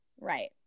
Right